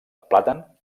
plàtan